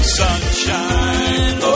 sunshine